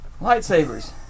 Lightsabers